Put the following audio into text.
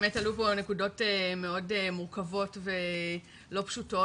באמת עלו פה נקודות מאוד מורכבות ולא פשוטות,